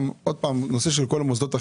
עוד פעם, הנושא של כל מוסדות החינוך,